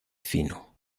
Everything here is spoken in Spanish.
fino